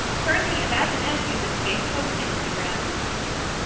currently imagineif uses facebook, instagram, and youtube.